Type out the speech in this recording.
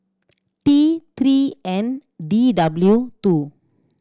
T Three N D W two